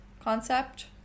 concept